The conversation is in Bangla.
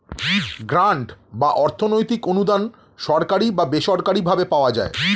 গ্রান্ট বা অর্থনৈতিক অনুদান সরকারি বা বেসরকারি ভাবে পাওয়া যায়